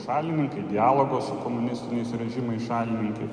šalininkai dialogo su komunistiniais režimais šalininkai